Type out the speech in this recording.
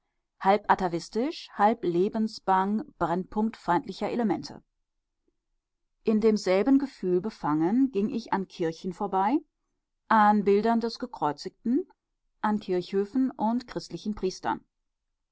halb atavistisch halb lebensbang brennpunkt feindlicher elemente in demselben gefühl befangen ging ich an kirchen vorbei an bildern des gekreuzigten an kirchhöfen und christlichen priestern